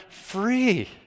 free